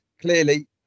clearly